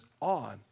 on